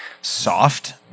soft